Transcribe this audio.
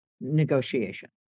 negotiation